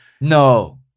No